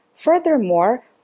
Furthermore